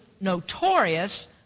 notorious